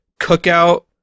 cookout